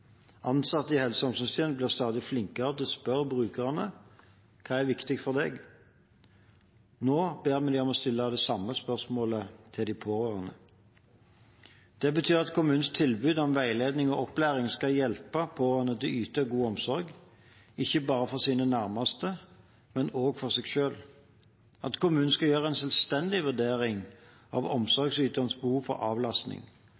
Ansatte i helse- og omsorgstjenesten blir stadig flinkere til å spørre brukerne: «Hva er viktig for deg?» Nå ber vi dem stille det samme spørsmålet til de pårørende. Det betyr at kommunens tilbud om veiledning og opplæring skal hjelpe pårørende til å yte god omsorg – ikke bare for sine nærmeste, men også for seg selv, at kommunen skal gjøre en selvstendig vurdering av omsorgsyterens behov for avlastning,